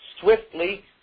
swiftly